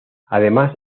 además